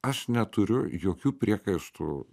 aš neturiu jokių priekaištų